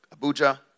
Abuja